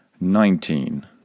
nineteen